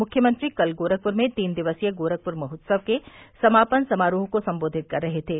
मुख्यमंत्री कल गोरखपुर में तीन दिवसीय गोरखपुर महोत्व के समापन समारोह को सम्बोधित कर रहे थे